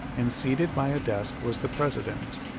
and seated by a desk was the president,